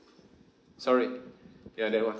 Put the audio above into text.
sorry ya that [one]